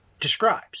describes